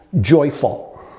joyful